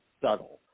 subtle